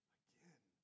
again